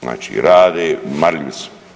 Znači rade, marljivi su.